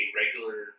regular